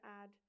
add